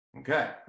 Okay